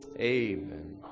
Amen